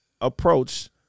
approach